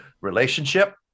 relationship